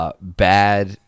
bad